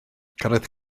cyrraedd